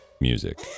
music